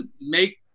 make